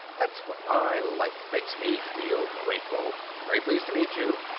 that's what i like. makes me feel grateful. very pleased to meet you.